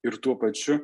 ir tuo pačiu